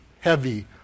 heavy